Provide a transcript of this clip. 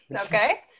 okay